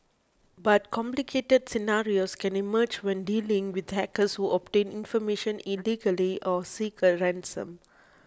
but complicated scenarios can emerge when dealing with hackers who obtain information illegally or seek a ransom